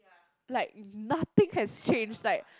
like nothing has changed like